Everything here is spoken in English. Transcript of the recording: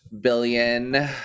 billion